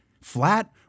Flat